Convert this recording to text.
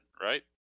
right